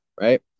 right